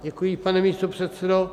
Děkuji, pane místopředsedo.